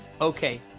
Okay